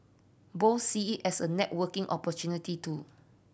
both see it as a networking opportunity too